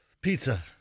Pizza